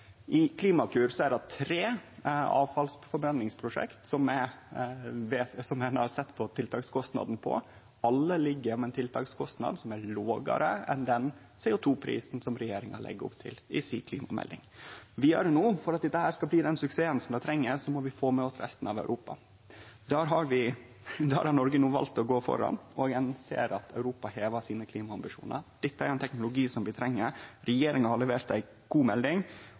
I Klimakur er det tre avfallsforbrenningsprosjekt ein har sett på tiltakskostnaden på. Alle har ein tiltakskostnad som er lågare enn den CO 2 -prisen som regjeringa legg opp til i klimameldinga si. For at dette skal bli den suksessen som trengst, må vi vidare få med oss resten av Europa. Noreg har no vald å gå framfor, og ein ser at Europa aukar klimaambisjonane sine. Dette er ein teknologi som vi treng, regjeringa har levert ei god melding,